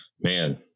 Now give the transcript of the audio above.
man